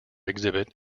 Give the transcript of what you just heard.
exhibit